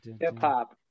Hip-hop